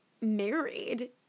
married